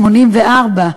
84,